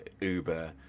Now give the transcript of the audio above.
uber